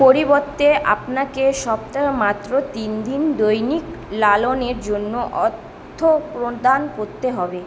পরিবর্তে আপনাকে সপ্তাহে মাত্র তিন দিন দৈনিক লালনের জন্য অর্থ প্রদান করতে হবে